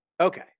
Okay